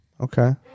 Okay